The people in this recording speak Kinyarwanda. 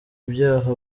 ibyaha